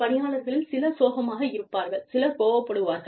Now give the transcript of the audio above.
பணியாளர்களில் சிலர் சோகமாக இருப்பார்கள் சிலர் கோபப்படுவார்கள்